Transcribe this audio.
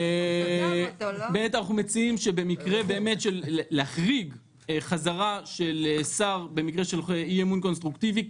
אנחנו מציעים להחריג חזרה של שר במקרה של אי-אמון קונסטרוקטיבי,